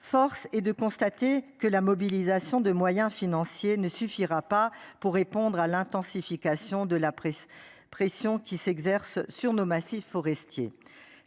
force est de constater que la mobilisation de moyens financiers ne suffira pas pour répondre à l'intensification de la presse pression qui s'exerce sur nos massifs forestiers.